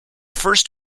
first